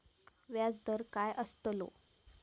व्याज दर काय आस्तलो?